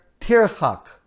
tirchak